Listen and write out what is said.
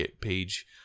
page